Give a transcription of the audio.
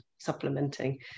supplementing